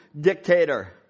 dictator